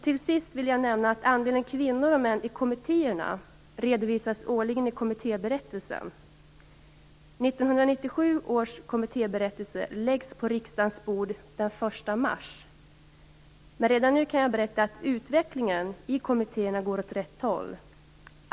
Till sist vill jag nämna att andelen kvinnor och män i kommittéerna redovisas årligen i Kommittéberättelsen. 1997 års kommittéberättelse läggs på riksdagens bord den 1 mars. Redan nu kan jag berätta att utvecklingen i kommittéerna går åt rätt håll.